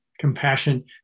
compassion